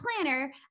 planner